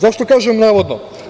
Zašto kažem navodno?